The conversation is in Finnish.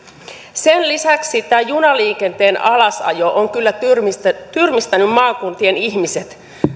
sen lisäksi tämä junaliikenteen alasajo on kyllä tyrmistyttänyt maakuntien ihmisiä